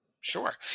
Sure